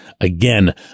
again